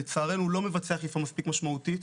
לצערנו הוא לא מבצע אכיפה מספיק משמעותית.